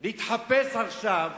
להתחפש עכשיו